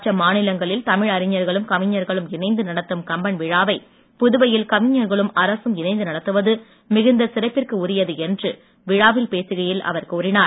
மற்ற மாநிலங்களில் தமிழ் அறிஞர்களும் கவிஞர்களும் இணைந்து நடத்தும் கம்பன் விழாவை புதுவையில் கவிஞர்களும் அரசும் இணைந்து நடத்துவது மிகுந்த சிறப்பிற்கு உரியது என்று விழாவில் பேசுகையில் அவர் கூறினார்